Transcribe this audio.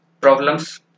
problems